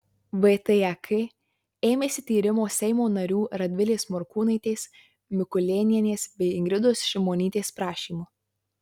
vtek ėmėsi tyrimo seimo narių radvilės morkūnaitės mikulėnienės bei ingridos šimonytės prašymu